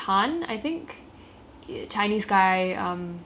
ah chinese guy quite tall